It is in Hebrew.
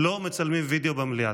לא מצלמים וידיאו במליאה.